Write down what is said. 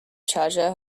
charger